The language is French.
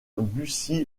bucy